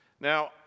Now